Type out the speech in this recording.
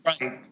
right